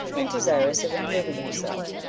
and desirous of improving herself.